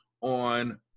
on